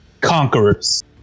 Conquerors